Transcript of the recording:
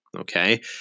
Okay